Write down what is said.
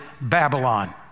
Babylon